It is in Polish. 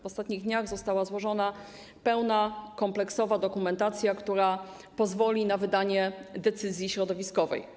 W ostatnich dniach została złożona pełna, kompleksowa dokumentacja, która pozwoli na wydanie decyzji środowiskowej.